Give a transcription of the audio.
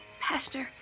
Pastor